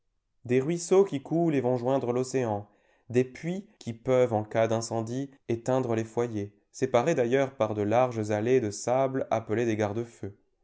des ruisseaux qui coulent et vont joindre l'océan des puits qui peuvent en cas d'incendie éteindre les foyers séparés d'ailleurs par de larges allées de sable appelées des garde feu